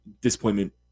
disappointment